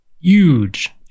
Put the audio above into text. huge